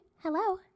Hello